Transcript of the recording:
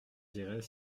dirait